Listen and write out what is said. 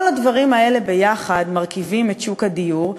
כל הדברים האלה ביחד מרכיבים את שוק הדיור,